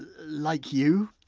like you?